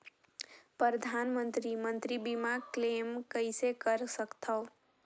परधानमंतरी मंतरी बीमा क्लेम कइसे कर सकथव?